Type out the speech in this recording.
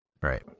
Right